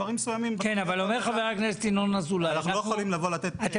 אומר חבר הכנסת ינון אזולאי שאתם מבקשים